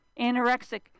anorexic